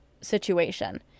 situation